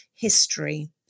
History